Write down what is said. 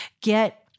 get